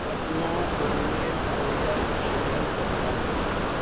Patna Purnia Araria Kishanganj Katihar